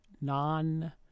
non